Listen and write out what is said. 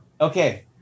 Okay